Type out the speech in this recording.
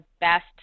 best